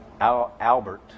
Albert